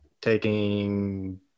taking